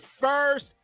first